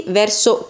verso